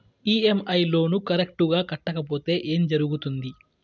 EMI loan correct గా కట్టకపోతే ఏం జరుగుతుంది